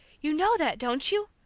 you know that, don't you?